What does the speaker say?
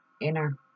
inner